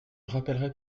rappellerai